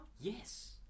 Yes